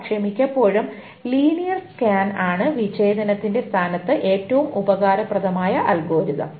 പക്ഷേ മിക്കപ്പോഴും linear scan ആണ് വിച്ഛേദത്തിന്റെ സ്ഥാനത്ത് ഏറ്റവും ഉപകാരപ്രദമായ അൽഗോരിതം